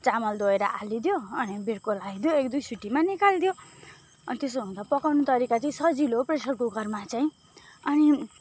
चामल धोएर हालिदियो अनि बिर्को लगाइदियो एक दुई सिटीमा निकालिदियो अनि त्यसो हुँदा पकाउने तरिका चाहिँ सजिलो प्रेसर कुकरमा चाहिँ अनि